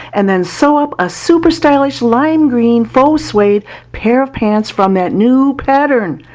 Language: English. and then sew up a super stylish lime-green faux suede pair of pants from that new pattern.